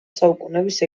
საუკუნეების